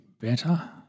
better